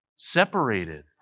Separated